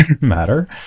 matter